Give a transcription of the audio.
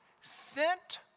sent